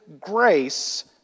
grace